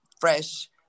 fresh